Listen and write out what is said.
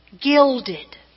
gilded